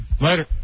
Later